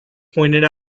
pointed